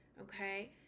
okay